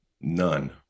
None